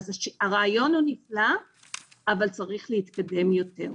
אז הרעיון הוא נפלא אבל צריך להתקדם יותר.